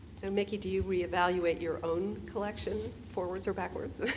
so mickey, do you reevaluate your own collection, forwards or backwards?